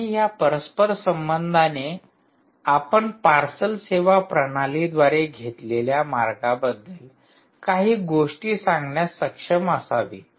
आणि या परस्पर संबंधाने आपण पार्सल सेवा प्रणालीद्वारे घेतलेल्या मार्गाबद्दल काही गोष्टी सांगण्यास सक्षम असावे